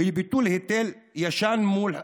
ולביטול היטל ישן מול חדש,